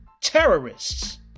Terrorists